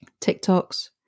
TikToks